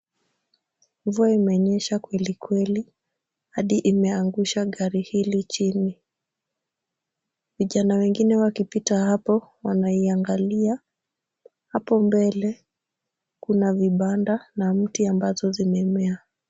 Mvua imenyesha kwelikweli hadi imeangusha gari hili chini. Vijana wengine wakipita hapo wanaiangalia. Hapo mbele kuna vibanda na mti ambazo zimemea.